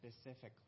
specifically